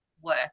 Work